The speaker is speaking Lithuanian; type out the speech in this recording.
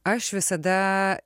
aš visada